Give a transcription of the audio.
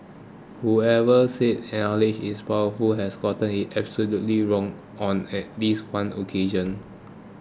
whoever said is powerful has gotten it absolutely wrong on at least one occasion